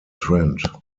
trend